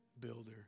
builder